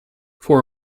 for